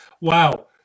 Wow